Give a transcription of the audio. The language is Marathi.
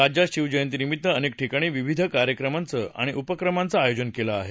राज्यात शिवजयंतीनिमित्त अनेक ठिकाणी विविध कार्यक्रमांच आणि उपक्रमांचा आयोजन केलं आहे